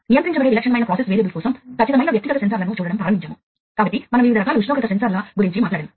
ఇది field bus యొక్క protocol మోడల్ను OSI మోడల్తో పోలుస్తుంది